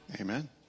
Amen